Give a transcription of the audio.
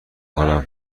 کنیم